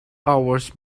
hours